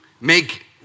make